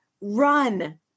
run